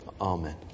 Amen